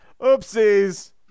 Oopsies